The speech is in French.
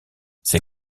ses